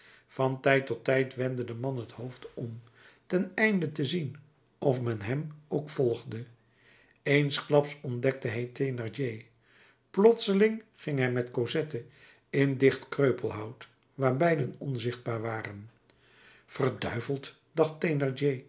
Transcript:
van tijd tot tijd wendde de man het hoofd om ten einde te zien of men hem ook volgde eensklaps ontdekte hij thénardier plotseling ging hij met cosette in dicht kreupelhout waar beiden onzichtbaar waren verduiveld dacht